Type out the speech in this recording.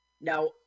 Now